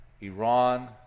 Iran